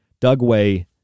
Dugway